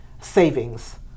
savings